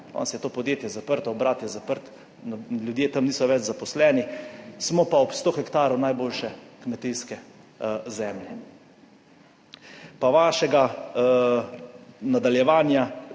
Danes je to podjetje zaprto, obrat je zaprt, ljudje tam niso več zaposleni, smo pa ob 100 hektarov najboljše kmetijske zemlje. Pa vašega nadaljevanja